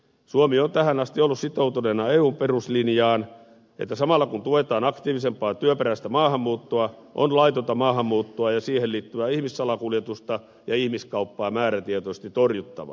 suomi on tähän asti ollut sitoutuneena eun peruslinjaan että samalla kun tuetaan aktiivisempaa työperäistä maahanmuuttoa on laitonta maahanmuuttoa ja siihen liittyvää ihmissalakuljetusta ja ihmiskauppaa määrätietoisesti torjuttava